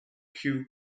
kew